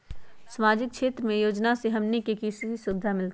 सामाजिक क्षेत्र के योजना से हमनी के की सुविधा मिलतै?